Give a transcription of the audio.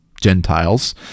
Gentiles